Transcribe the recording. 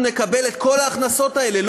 אנחנו נקבל את כל ההכנסות האלה.